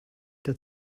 der